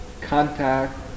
contact